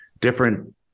different